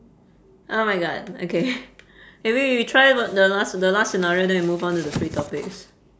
oh my god okay maybe we try t~ the last the last scenario then we move onto the free topics